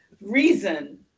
reason